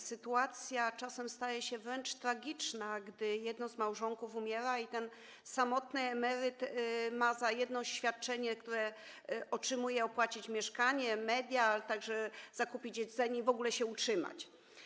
Sytuacja czasem staje się wręcz tragiczna, gdy jedno z małżonków umiera i ten samotny emeryt za jedno świadczenie, które otrzymuje, ma opłacić mieszkanie, media, a także zakupić jedzenie i w ogóle się utrzymać.